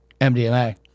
MDMA